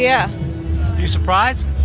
yeah you surprised?